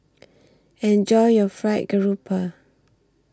Enjoy your Fried Grouper